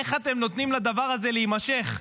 איך אתם נותנים לדבר הזה להימשך?